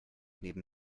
neben